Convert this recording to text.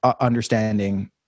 understanding